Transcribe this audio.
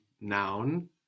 noun